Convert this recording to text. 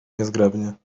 niezgrabnie